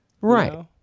Right